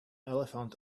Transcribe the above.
elephant